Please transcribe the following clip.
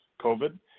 COVID